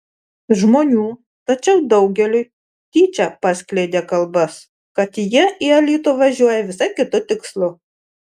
žmonių tačiau daugeliui tyčia paskleidė kalbas kad jie į alytų važiuoja visai kitu tikslu